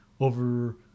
over